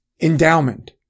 endowment